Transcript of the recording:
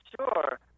Sure